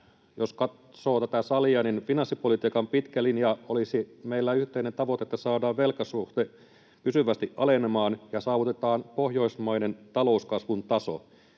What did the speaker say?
jos katsoo tätä salia, niin finanssipolitiikan pitkä linja olisi meillä yhteinen tavoite, että saadaan velkasuhde pysyvästi alenemaan ja saavutetaan pohjoismainen talouskasvun taso.